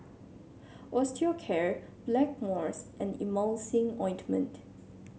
Osteocare Blackmores and Emulsying Ointment